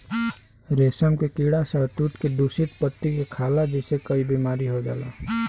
रेशम के कीड़ा शहतूत के दूषित पत्ती के खाला जेसे कई बीमारी हो जाला